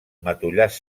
matollars